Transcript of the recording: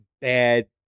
bad